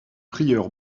prieur